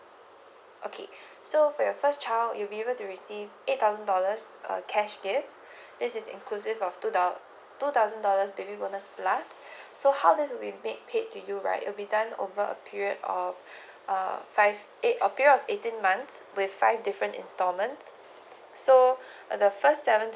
okay so for your first child you'll be able to receive eight thousand dollars uh cash gift this is inclusive of two thou two thousand dollars baby bonus plus so how does we paid paid you right will be done over a period of a period of eighteen months with five different installments so uh the first seven